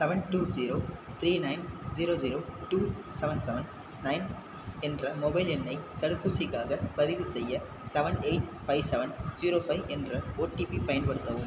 seven two zero three nine zero zero two seven seven nine என்ற mobile எண்ணை தடுப்பூசிக்காகப் பதிவுசெய்ய seven eight five seven zero five என்ற OTP பயன்படுத்தவும்